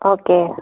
okay